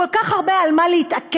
כל כך הרבה על מה להתעקש,